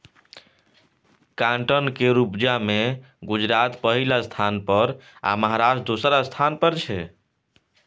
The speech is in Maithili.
काँटन केर उपजा मे गुजरात पहिल स्थान पर आ महाराष्ट्र दोसर स्थान पर छै